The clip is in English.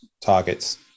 targets